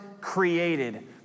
created